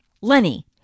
Lenny